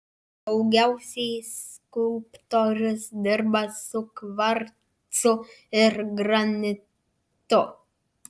daugiausiai skulptorius dirba su kvarcu ir granitu